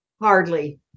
Hardly